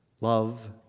love